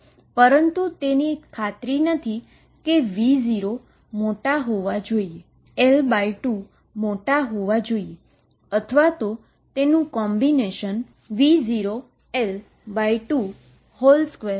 પરંતુ તેની ખાતરી નથી કે V0 મોટું હોવું જોઈએL2 મોટા હોવા જોઈએ અથવા કોમ્બીનેશન V0L22 મોટા અને મોટા હોવા જોઈએ